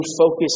focus